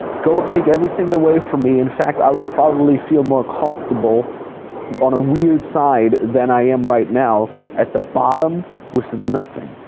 go take everything away from me. in fact, i will probably feel more comfortable on a weird side than i am right now at the bottom with nothing.